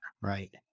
right